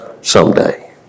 Someday